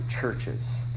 churches